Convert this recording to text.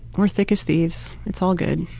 we're thick as thieves. it's all good.